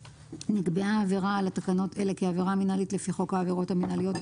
נקבעה עבירה על תקנות אלה כעבירה מינהלית לפי חוק העבירות המינהליות,